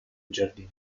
giardini